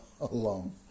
alone